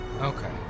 Okay